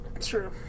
True